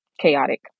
chaotic